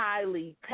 highly